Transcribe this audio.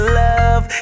love